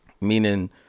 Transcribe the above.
meaning